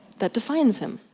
that defines him.